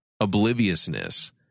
obliviousness